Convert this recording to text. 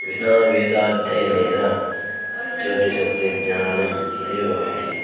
विना वेदाध्ययनेन ज्योतिषस्य ज्ञानं नैव भवति